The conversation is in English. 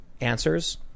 answers